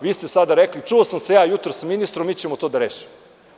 Vi ste sada rekli - čuo sam se ja jutros sa ministrom, mi ćemo to da rešimo.